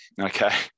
Okay